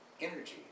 energy